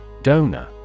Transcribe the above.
D-O-N-O-R